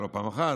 זה לא פעם אחת,